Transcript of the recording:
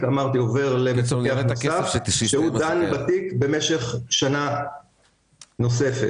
עובר למפקח נוסף שדן בתיק במשך שנה נוספת.